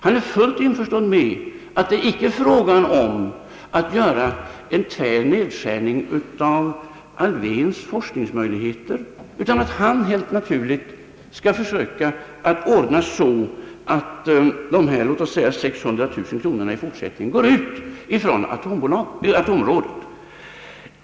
Han är fullt införstådd med att det inte är fråga om att göra en tvär nedskärning av professor Alfvéns forskningsmöjligheter, utan att man helt naturligt skall försöka ordna så att dessa låt säga 600 000 kronor i fortsättningen utgår från atområdet.